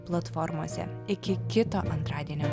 platformose iki kito antradienio